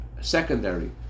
secondary